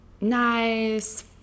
nice